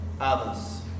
others